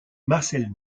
marcel